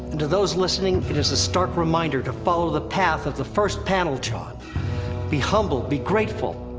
and to those listening, it is a stark reminder to follow the path of the first panel jon be humble, be grateful,